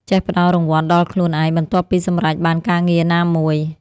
ចេះផ្ដល់រង្វាន់ដល់ខ្លួនឯង បន្ទាប់ពីសម្រេចបានការងារណាមួយ។